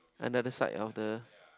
another side of the